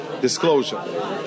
Disclosure